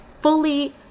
fully